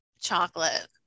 Chocolate